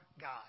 God